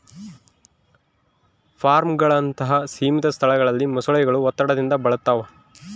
ಫಾರ್ಮ್ಗಳಂತಹ ಸೀಮಿತ ಸ್ಥಳಗಳಲ್ಲಿ ಮೊಸಳೆಗಳು ಒತ್ತಡದಿಂದ ಬಳಲ್ತವ